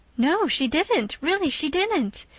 no, she didn't really she didn't.